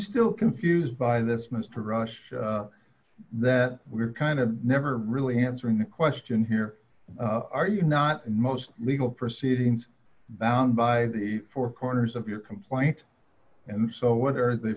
still confused by this mr rush that we're kind of never really answering the question here are you not most legal proceedings bound by four corners of your complaint and so what are the